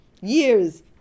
years